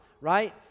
right